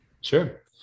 Sure